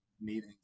meetings